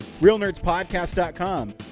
realnerdspodcast.com